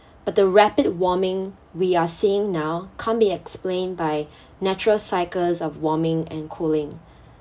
but the rapid warming we are seeing now can't be explained by natural cycles of warming and cooling